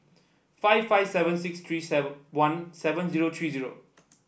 five five seven six three sever one seven zero three zero